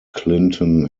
clinton